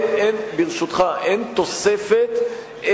אין תוספת ברשותך,